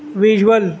visual